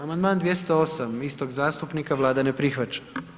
Amandman 208. istog zastupnika, Vlada ne prihvaća.